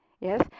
Yes